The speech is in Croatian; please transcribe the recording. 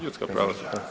ljudska prava.